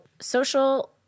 social